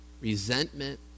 resentment